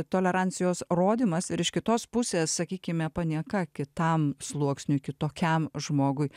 tolerancijos rodymas ir iš kitos pusės sakykime panieka kitam sluoksniui kitokiam žmogui